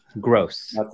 Gross